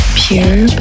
pure